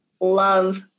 love